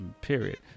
period